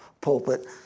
pulpit